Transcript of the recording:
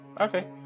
Okay